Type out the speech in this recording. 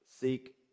Seek